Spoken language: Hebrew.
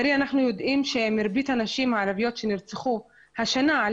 הרי אנחנו יודעים שמרבית הנשים הערביות שנרצחו השנה על